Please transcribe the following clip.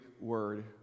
word